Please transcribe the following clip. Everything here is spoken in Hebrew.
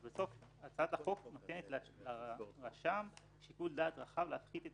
בסוף הצעת החוק נותנת לרשם שיקול דעת רחב להפחית את